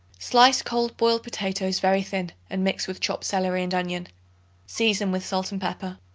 slice cold boiled potatoes very thin and mix with chopped celery and onion season with salt and pepper.